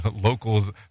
locals